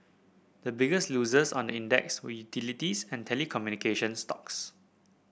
the biggest losers on the index were utilities and telecommunication stocks